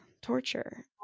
torture